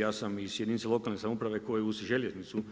Ja sam iz jedinice lokalne samouprave koje uz željeznicu